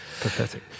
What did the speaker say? pathetic